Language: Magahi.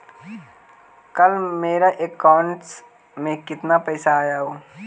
कल मेरा अकाउंटस में कितना पैसा आया ऊ?